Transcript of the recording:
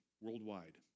worldwide